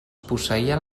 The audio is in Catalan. posseïa